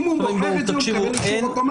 אם הוא בוחר את זה, הוא מקבל אישור אוטומטי.